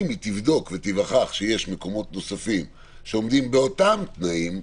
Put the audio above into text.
אם היא תבדוק ותיווכח שיש מקומות נוספים שעומדים באותם תנאים,